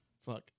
Fuck